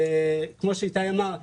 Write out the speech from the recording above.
כמו שאיתי אמר,